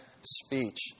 speech